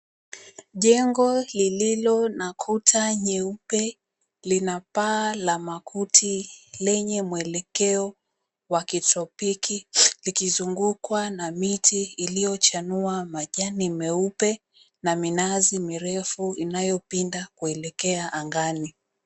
Jengo lililo na Kuta nyeupe lina paa la makuti lenye muelekeo wakitropiki likizungukwa na miti iliyochanua majani meupe na minazi mirefu inayopinda kuelekea angani.